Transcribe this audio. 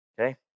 okay